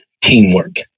teamwork